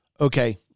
okay